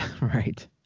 Right